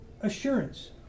assurance